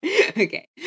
Okay